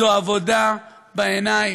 זו עבודה בעיניים,